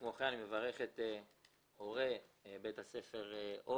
כמו כן אני מברך את הורי בית הספר אורט,